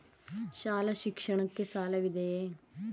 ಶಾಲಾ ಶಿಕ್ಷಣಕ್ಕೆ ಸಾಲವಿದೆಯೇ?